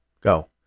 Go